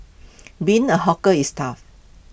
being A hawker is tough